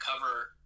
cover